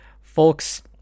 Folks